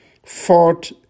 fought